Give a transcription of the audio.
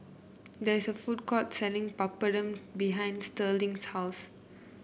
there is a food court selling Papadum behind Sterling's house